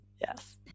Yes